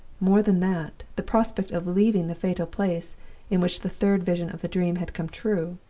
more than that, the prospect of leaving the fatal place in which the third vision of the dream had come true,